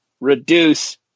reduce